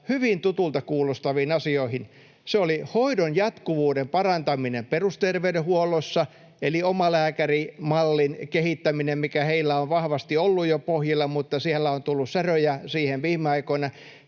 hyvin tutuilta kuulostaviin asioihin. Siellä oli hoidon jatkuvuuden parantaminen perusterveydenhuollossa eli omalääkärimallin kehittäminen, mikä heillä on vahvasti ollut jo pohjilla, mutta siellä on tullut säröjä siihen viime aikoina.